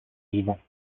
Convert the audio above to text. vivants